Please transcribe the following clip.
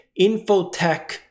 infotech